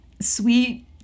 Sweet